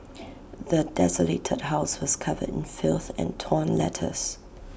the desolated house was covered in filth and torn letters